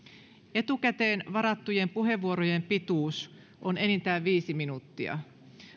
etukäteen varattujen puheenvuorojen pituus on enintään viisi minuuttia